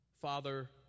Father